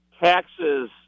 Taxes